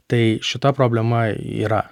tai šita problema yra